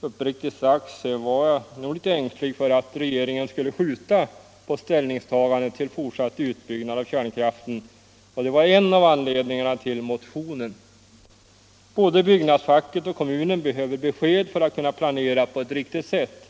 Uppriktigt sagt var jag nog litet ängslig för att regeringen skulle skjuta på ställningstagandet till fortsatt utbyggnad av kärnkraften, och det var en av anledningarna till motionen. Både byggnadsfacket och kommunen behöver besked för att kunna planera på ett riktigt sätt.